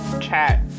chat